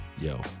Yo